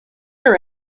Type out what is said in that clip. are